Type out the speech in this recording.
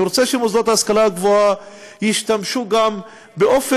אני רוצה שמוסדות ההשכלה הגבוהה ישתמשו באופן